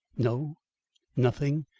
no nothing.